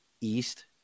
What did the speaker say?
east